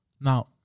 now